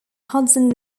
hudson